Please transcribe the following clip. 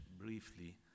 briefly